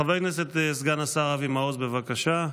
חבר הכנסת סגן השר אבי מעוז, בבקשה.